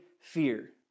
fear